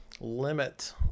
limit